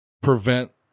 prevent